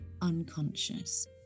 unconscious